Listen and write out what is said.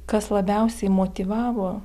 kas labiausiai motyvavo